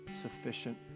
sufficient